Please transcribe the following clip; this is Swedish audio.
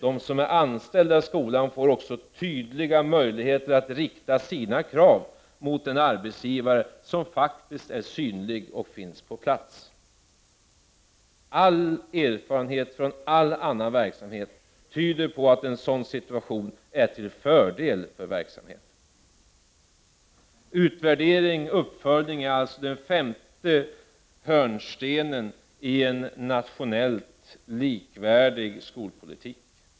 De som är anställda i skolan får också tydliga möjligheter att rikta sina krav mot en arbetsgivare som faktiskt är synlig och finns på plats. All erfarenhet från all annan verksamhet tyder på att en sådan situation är till fördel för verksamheten. Utvärdering, uppföljning är alltså den femte hörnstenen i en nationellt likvärdig skola.